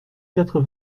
quatre